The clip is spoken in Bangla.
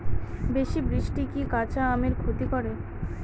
বেশি বৃষ্টি কি কাঁচা আমের ক্ষতি করে?